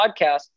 podcast